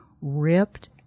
ripped